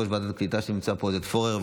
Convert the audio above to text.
ליושב-ראש ועדת הקליטה עודד פורר,